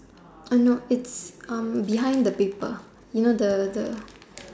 I know it's erm behind the paper you know the the